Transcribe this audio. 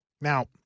now